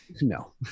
No